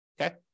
Okay